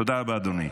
תודה רבה, אדוני.